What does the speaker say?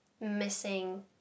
missing